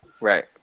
Right